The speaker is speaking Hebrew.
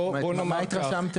באיזה משרדים מדובר?